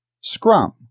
scrum